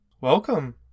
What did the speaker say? Welcome